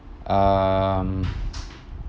um